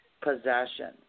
possession